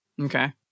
Okay